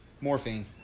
morphine